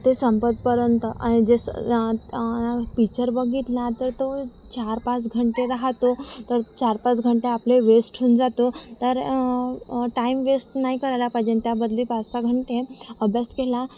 ते संपेपर्यंत जे स पिच्चर बघितला तर तो चार पाच घंटे राहतो तर चार पाच घंटे आपले वेस्ट होऊन जातो तर टाईम वेस्ट नाही करायला पाहिजे आणि त्याबद्दल पाच सहा घंटे अभ्यास केला